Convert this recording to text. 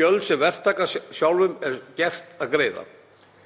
gjöld sem verktaka sjálfum er gert að greiða.